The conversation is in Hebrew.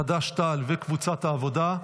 חד"ש-תע"ל והעבודה.